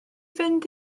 fynd